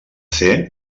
serà